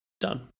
done